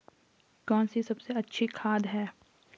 कौन सी सबसे अच्छी खाद है?